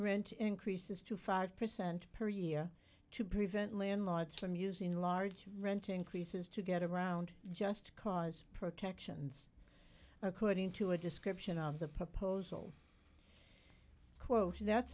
rent increases to five percent per year to prevent landlords from using large renting increases to get around just cause protections according to a description of the proposal quote t